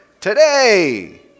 Today